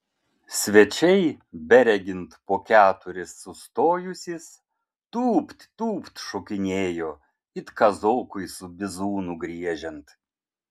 svečiai beregint po keturis sustojusys tūpt tūpt šokinėjo it kazokui su bizūnu griežiant